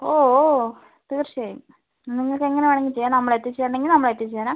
ഓ ഓ തീർച്ചയായും നിങ്ങൾക്ക് എങ്ങനെ വേണമെങ്കിലും ചെയ്യാം നമ്മൾ എത്തിച്ചു തരണമെങ്കിൽ നമ്മൾ എത്തിച്ചു തരാം